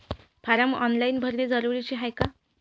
Form online भरने जरुरीचे हाय का?